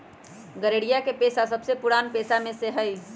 गरेड़िया के पेशा सबसे पुरान पेशा में से हई